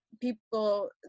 people